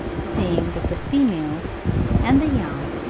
seeing that the females and the young,